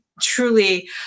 truly